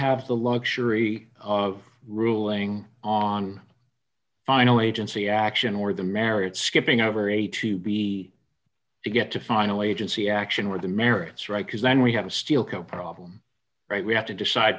have the luxury of ruling on final agency action or the merits skipping over a to b to get to finally agency action where the merits right because then we have still can problem right we have to decide